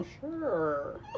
Sure